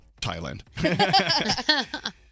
Thailand